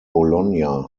bologna